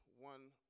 one